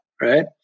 right